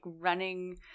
running